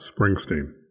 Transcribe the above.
Springsteen